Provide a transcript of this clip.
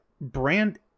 Brand-